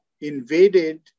invaded